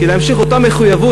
כדי להמשיך אותה מחויבות,